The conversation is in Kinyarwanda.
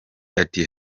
ati